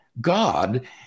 God